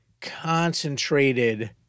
concentrated